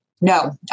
No